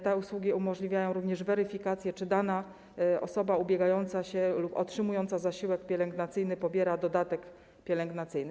Te usługi umożliwiają również weryfikację, czy dana osoba ubiegająca się lub otrzymująca zasiłek pielęgnacyjny pobiera dodatek pielęgnacyjny.